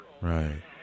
Right